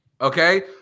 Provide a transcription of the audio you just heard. okay